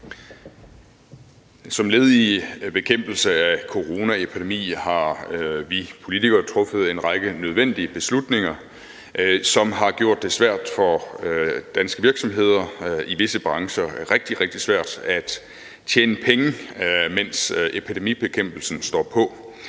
Som led i bekæmpelsen af coronaepidemien har vi politikere truffet en række nødvendige beslutninger, som har gjort det svært for danske virksomheder – i visse brancher rigtig, rigtig svært – at tjene penge, mens epidemibekæmpelsen står på.